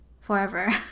forever